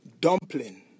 dumpling